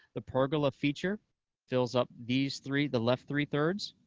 the pergola feature fills up these three, the left three thirds,